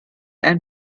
ein